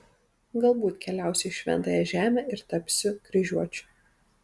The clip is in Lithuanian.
galbūt keliausiu į šventąją žemę ir tapsiu kryžiuočiu